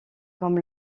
comme